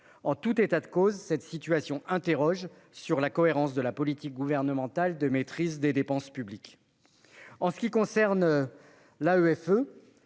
En tout état de cause, cette situation interroge sur la cohérence de la politique gouvernementale de maîtrise des dépenses publiques. Les moyens de l'AEFE